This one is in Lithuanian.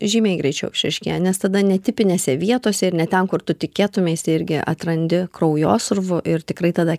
žymiai greičiau išryškėja nes tada netipinėse vietose ir ne ten kur tu tikėtumeisi irgi atrandi kraujosrūvų ir tikrai tada